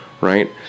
right